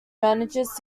manages